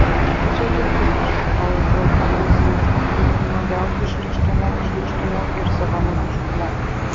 čia visur viešpatauja pragmatizmas visu nuogiausiu šlykštumu šykštumu ir savanaudiškumu